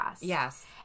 Yes